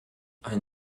ein